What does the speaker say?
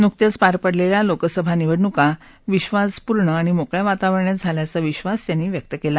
नुकत्याच पार पडलेल्या लोकसभा निवडणुका विश्वासपूर्ण आणि मोकळ्या वातावरणात झाल्याचा विश्वास ओर्मास यांनी व्यक्त केला